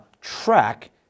track